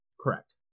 Correct